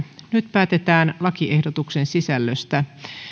nyt päätetään lakiehdotuksen sisällöstä